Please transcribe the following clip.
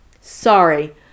sorry